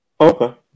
Okay